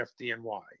fdny